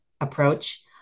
approach